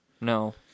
No